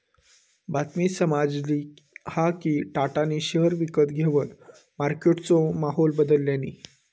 बातमी समाजली हा कि टाटानी शेयर विकत घेवन मार्केटचो माहोल बदलल्यांनी